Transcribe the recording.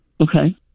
Okay